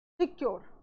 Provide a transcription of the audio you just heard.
secure